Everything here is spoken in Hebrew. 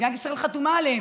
מדינת ישראל חתומה עליהן,